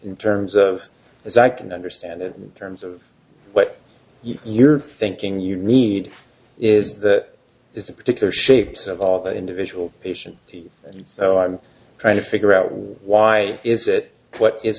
in terms of as i can understand it terms of what you're thinking you need is that is a particular shapes of all the individual patients and so i'm trying to figure out why is it what is